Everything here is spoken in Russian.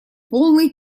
полный